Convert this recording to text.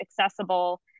accessible